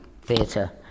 Theatre